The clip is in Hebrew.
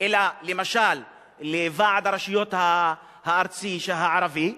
אלא למשל לוועד הרשויות הארצי הערבי.